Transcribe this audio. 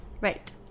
Right